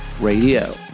Radio